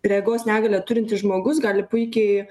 regos negalią turintis žmogus gali puikiai